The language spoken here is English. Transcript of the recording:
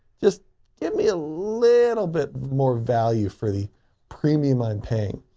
just give me a little bit more value for the premium i'm paying.